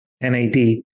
NAD